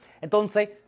Entonces